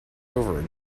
over